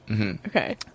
Okay